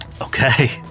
Okay